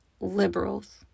liberals